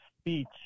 speech